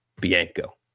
Bianco